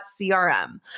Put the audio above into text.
CRM